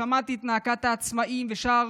שמעתי את נאקת העצמאים ושאר